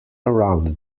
around